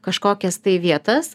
kažkokias tai vietas